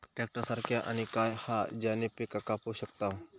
Tractor सारखा आणि काय हा ज्याने पीका कापू शकताव?